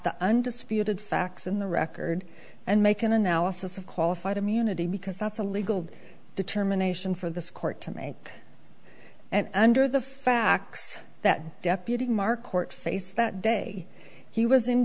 the undisputed facts in the record and make an analysis of qualified immunity because that's a legal determination for the court to make and under the facts that deputy marquardt face that day he was in